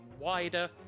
wider